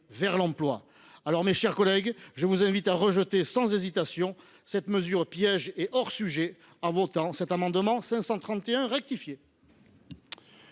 vers l’emploi. Alors, mes chers collègues, je vous invite à rejeter sans hésitation cette mesure piège et hors sujet, en votant cet amendement. Quel est